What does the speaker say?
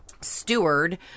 steward